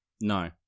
no